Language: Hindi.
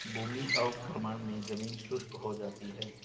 भूमि अवक्रमण मे जमीन शुष्क हो जाती है